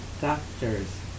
Doctors